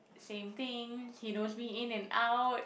same things he knows me in and out